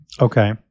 Okay